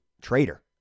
traitor